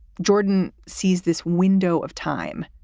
jordan sees this window of time,